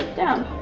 down.